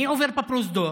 אני עובר בפרוזדור